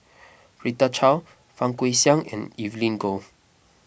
Rita Chao Fang Guixiang and Evelyn Goh